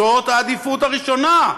זו העדיפות הראשונה.